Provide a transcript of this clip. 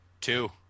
Two